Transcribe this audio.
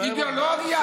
אידיאולוגיה,